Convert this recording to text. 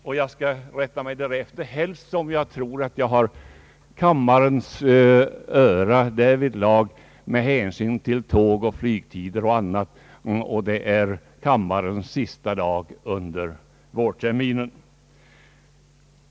Och jag skall rätta mig därefter, helst som jag tror att jag har kammarens öra därvidlag med hänsyn till tågoch flygtider på kammarens sista dag under vårterminen.